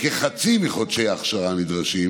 מחושבים להם כחצי מחודשי האכשרה הנדרשים,